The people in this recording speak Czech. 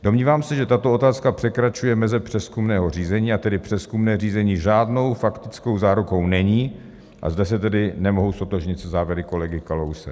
Domnívám se, že tato otázka překračuje meze přezkumného řízení, a tedy přezkumné řízení žádnou faktickou zárukou není, a zde se tedy nemohu ztotožnit se závěry kolegy Kalouse.